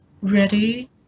ready